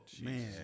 Man